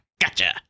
Gotcha